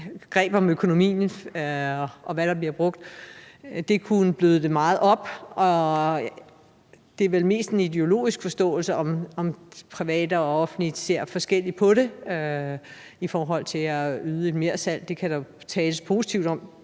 greb om økonomien og hvad der bliver brugt – kunne bløde det meget op. Og det er vel mest en ideologisk forståelse, om private og offentlige ser forskelligt på det i forhold til at yde et mersalg. Det kan der jo tales positivt om.